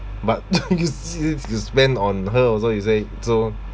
but you see if you spend on her also you say so